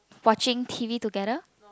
watching t_v together